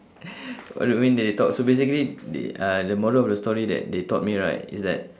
what do you mean that they taught so basically they uh the moral of the story that they taught me right is that